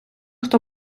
хто